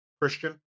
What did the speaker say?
christian